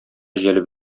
җәлеп